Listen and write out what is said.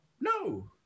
No